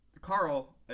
Carl